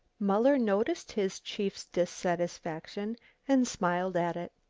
muller noticed his chief's dissatisfaction and smiled at it.